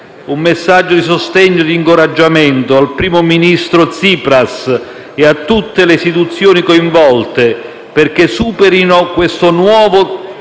Un messaggio di sostegno e di incoraggiamento al primo ministro Tsipras e a tutte le istituzioni coinvolte, perché superino questo nuovo